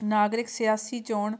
ਨਾਗਰਿਕ ਸਿਆਸੀ ਚੋਣ